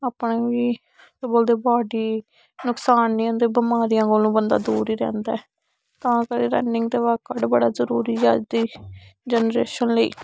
अपना बी इक ते बाडी नकसान निं होंदे बमारियें कोला बंदा दूर ही रैंह्दा ऐ तां गै रनिंग बगैरा वर्कआउट बगैरा जरूरी ऐ अज्ज दी जनरेशन लेई